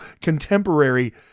contemporary